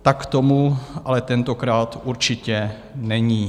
Tak tomu ale tentokrát určitě není.